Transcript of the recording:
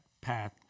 path